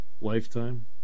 lifetime